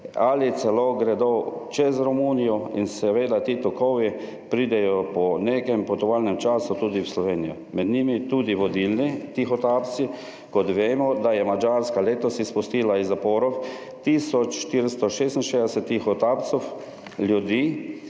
ali celo gredo čez Romunijo in seveda ti tokovi pridejo po nekem potovalnem času tudi v Slovenijo - med njimi tudi vodilni tihotapci. Kot vemo, da je Madžarska letos izpustila iz zaporov tisoč 466 tihotapcev ljudi